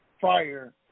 fire